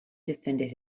defended